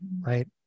right